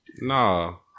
No